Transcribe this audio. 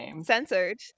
censored